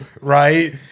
right